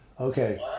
Okay